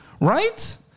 right